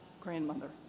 grandmother